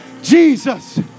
jesus